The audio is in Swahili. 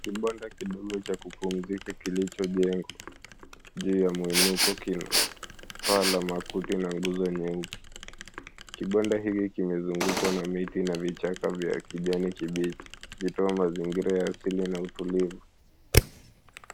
Kibanda kidogo cha kupumzika kilichojengwa juu ya mwinuko, kina paa la makuti na nguzo nyeupe. Kibanda hiki kimezungukwa na miti na vichaka vya kijani kibichi, ikitoa mazingira ya asili na utulivu.